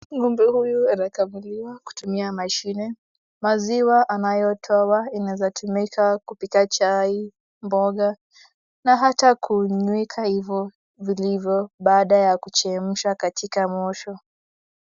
Ngombe huyu anakamuliwa kutumia mashine. Maziwa anayotowa inaeza kutumiwa kupika chai, mboga na ata kunywika hivyo vilivyo baada ya kuchemsha katika moto.